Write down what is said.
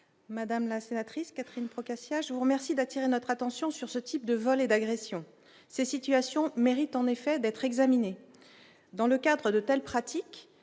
madame la sénatrice Catherine Procaccia je vous remercie d'attirer notre attention sur ce type de vols et d'agressions ces situations mérite en effet d'être examiné dans le cadre de telles pratiques,